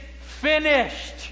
finished